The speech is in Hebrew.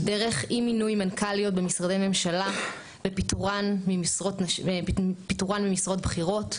דרך אי מינוי מנכ"ליות במשרדי ממשלה ופיטורן ממשרות בכירות,